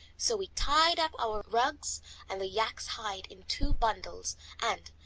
so we tied up our rugs and the yak's hide in two bundles and,